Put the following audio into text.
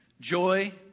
joy